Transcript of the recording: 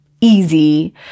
easy